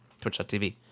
twitch.tv